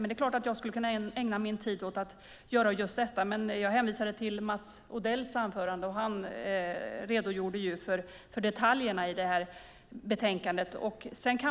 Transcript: Det är klart att jag skulle kunna ägna min tid åt att göra just detta, men jag hänvisade till Mats Odells anförande. Han redogjorde för detaljerna i betänkandet.